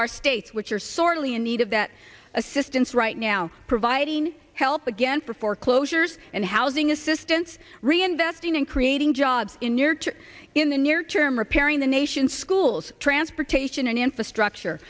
our states which are sorely in need of that assistance right now providing help again for foreclosures and housing assistance reinvesting and creating jobs in near term in the near term repairing the nation's schools transportation and infrastructure